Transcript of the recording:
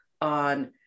on